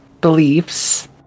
beliefs